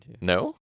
No